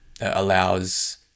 allows